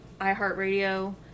iHeartRadio